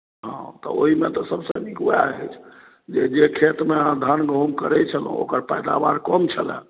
हँ तऽ ओहिमे तऽ सभसँ नीक उएह अछि जे जे खेतमे अहाँ धान गहूँम करैत छलहुँ ओकर पैदावार कम छले